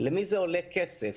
למי זה עולה כסף?